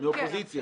מהאופוזיציה.